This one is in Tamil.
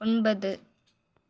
ஒன்பது